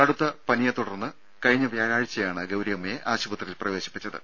കടുത്ത പനിയെ തുടുർന്ന് കഴിഞ്ഞ വ്യാഴാഴ്ചയാണ് ഗൌരിയമ്മയെ ആശുപത്രിയിൽ പ്രവേശിപ്പിച്ചത്